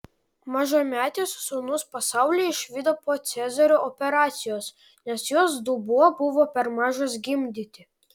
mažametės sūnus pasaulį išvydo po cezario operacijos nes jos dubuo buvo per mažas gimdyti